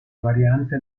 variante